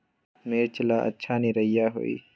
मिर्च ला अच्छा निरैया होई?